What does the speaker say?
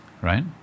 right